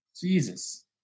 Jesus